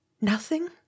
Nothing